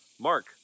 Mark